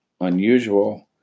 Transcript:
unusual